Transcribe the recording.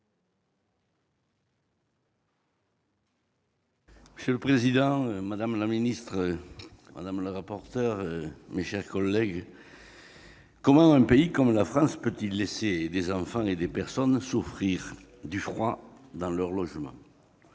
Monsieur le président, madame la secrétaire d'État, mes chers collègues, comment un pays comme la France peut-il laisser des enfants et des adultes souffrir du froid dans leur logement ?